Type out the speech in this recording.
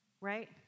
Right